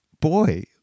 Boy